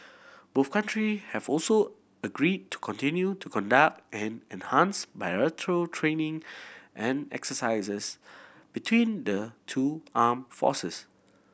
both country have also agreed to continue to conduct and enhance bilateral training and exercises between the two armed forces